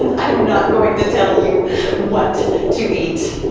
and i'm not going to tell you what to eat.